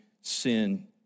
sin